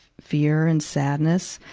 fear and sadness,